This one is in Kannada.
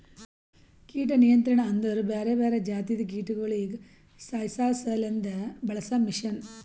ಕೀಟ ನಿಯಂತ್ರಣ ಅಂದುರ್ ಬ್ಯಾರೆ ಬ್ಯಾರೆ ಜಾತಿದು ಕೀಟಗೊಳಿಗ್ ಸಾಯಿಸಾಸಲೆಂದ್ ಬಳಸ ಮಷೀನ್